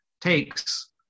takes